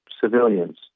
civilians